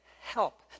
Help